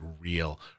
real